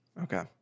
okay